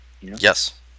Yes